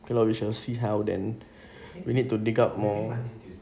okay lor we shall see how then we need to dig up more